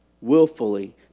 willfully